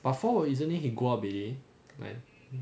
part four isn't it he grow up already like